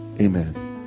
amen